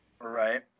Right